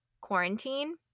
quarantine